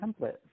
template